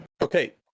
Okay